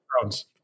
Thrones